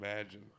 imagine